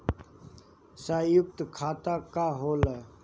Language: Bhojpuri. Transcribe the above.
सयुक्त खाता का होला?